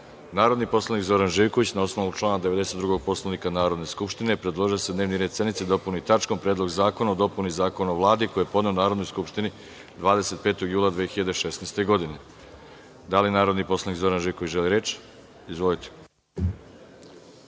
predlog. Narodni poslanik Zoran Živković, na osnovu člana 92. Poslovnika Narodne skupštine predložio je da se dnevni red sednice dopuni tačkom Predlog zakona o dopuni Zakona o Vladi, koji je podneo Narodnoj skupštini 25. jula 2016. godine. Da li narodni poslanik Zoran Živkovići želi reč? Izvolite.